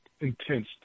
intense